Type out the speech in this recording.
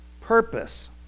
purpose